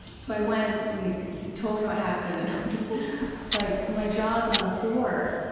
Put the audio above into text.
so i went and he told me what happened and i'm just like, my jaw is on the floor.